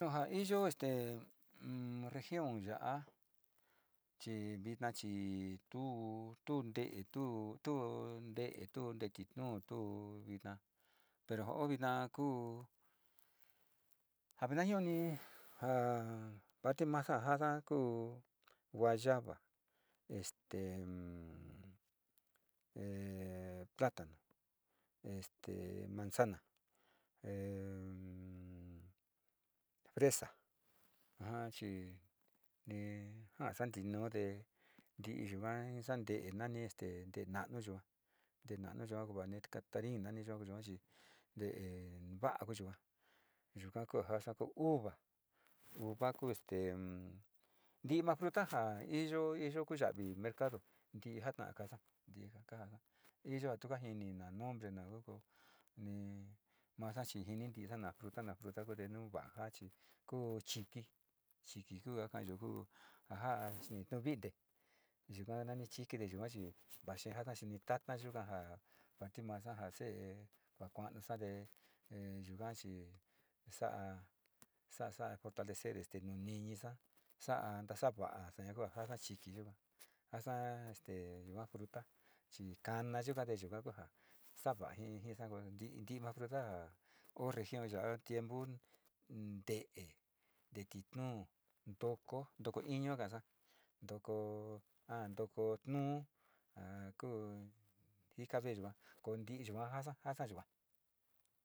Ndojan iyo'ó este región ya'á, chí vitna'a chí ituu tuu nde tuu tuu nde he tuu nde tuu ndetitu tuu indá pero odviná kú javina yoni njá njativaxa njada kuu guayaba, este platano este manzana, fresa ajan chí ni ndatenundé ndiyonjuan xande nani este nanuu yinguan ndenayua kuani katandí inani yuu ngua chí ndeva'a kuyuhua, yuu xa'a kovaxa kuu uva, uva kuu este ndiva'a fruta njá iyo iyo kuu yaví mercado ndinjan kuu kaxa'a ndi kajanjan hi yo'ó tuu ka'a njini na'a nombre va'a uu nii maxa'a xhii ini tí njana na'a fruta na'a fruta nanjuva'a achi ko'o chuití, chikunga kayuu njuu ajan chí cho'o vité njuan nanai chite kuu va'a chí vaxhina kuu ni tata kuna njá chimaxanja xe'é, kua kuan xa'a ndéhe yunjuaxí nixa xa'a xa'á fortalezer este niñixa xanta xa'a va'á año'ó njuakaxhi ñuyukua, axa'a este ma'a fruta chí ikana xhinokua honjá akua njinji xakuu ndivandu nduva'a ho región ya'á tiempo nde'e, nde'e yiko'o ndoko, ndoko ión ndakan xhian ndoko a ndoko niuun akuu ika vée yikuan koo ndikoaxa njaxa'a yikuan.